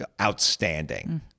outstanding